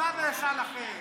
בממשלה לא נתקבלה.